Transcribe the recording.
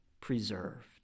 preserved